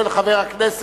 הצליאק,